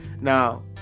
Now